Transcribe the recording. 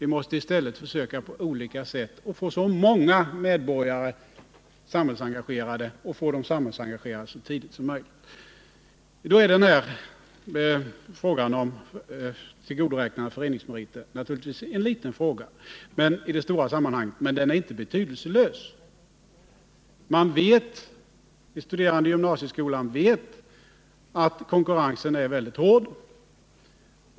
Vi måste i stället på olika sätt försöka få så många medborgare som möjligt samhällsengagerade och få dem att bli det så tidigt som möjligt. Frågan om tillgodoräknande av föreningsmeriter är naturligtvis en liten fråga i det stora sammanhanget, men den är inte betydelselös. De studerande i gymnasieskolan vet att konkurrensen är väldigt hård.